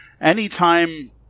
Anytime